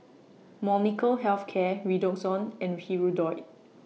Molnylcke Health Care Redoxon and Hirudoid